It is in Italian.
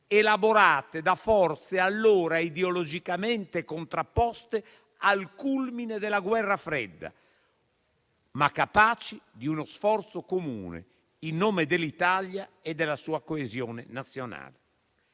elaborata da forze allora ideologicamente contrapposte, al culmine della guerra fredda, ma capaci di uno sforzo comune in nome dell'Italia e della sua coesione nazionale.